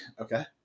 okay